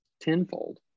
tenfold